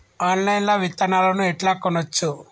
Online లా విత్తనాలను ఎట్లా కొనచ్చు?